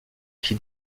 qui